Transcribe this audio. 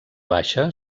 baixa